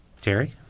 Terry